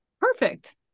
Perfect